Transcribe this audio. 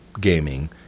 gaming